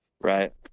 Right